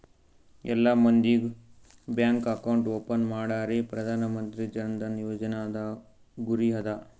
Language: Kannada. ಎಲ್ಲಾ ಮಂದಿಗ್ ಬ್ಯಾಂಕ್ ಅಕೌಂಟ್ ಓಪನ್ ಮಾಡದೆ ಪ್ರಧಾನ್ ಮಂತ್ರಿ ಜನ್ ಧನ ಯೋಜನಾದು ಗುರಿ ಅದ